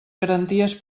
garanties